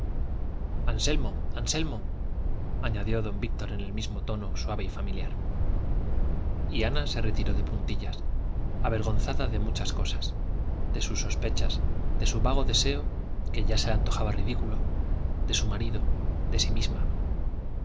anselmo anselmo añadió don víctor en el mismo tono suave y familiar y ana se retiró de puntillas avergonzada de muchas cosas de sus sospechas de su vago deseo que ya se le antojaba ridículo de su marido de sí misma